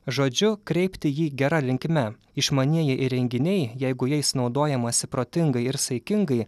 žodžiu kreipti jį gera linkme išmanieji įrenginiai jeigu jais naudojamasi protingai ir saikingai